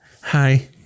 hi